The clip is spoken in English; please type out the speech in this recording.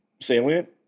salient